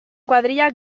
kuadrilla